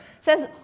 says